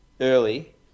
early